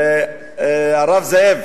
הרב זאב,